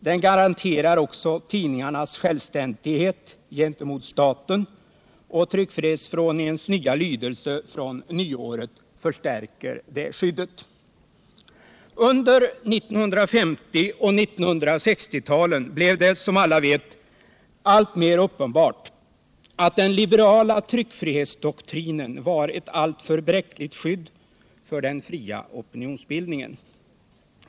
Den garanterar också tidningarnas självständighet gentemot staten. Och tryckfrihetsförordningens nya lydelse från nyåret förstärker det skyddet. Under 1950 och 1960-talen blev det, som alla vet, alltmer uppenbart att den liberala tryckfrihetsdoktrinen var ett alltför bräckligt skydd för den fria opinionsbildningen.